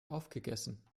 aufgegessen